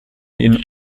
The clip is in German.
ihnen